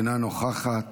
אינה נוכחת,